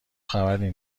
خبری